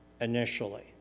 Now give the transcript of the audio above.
initially